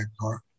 car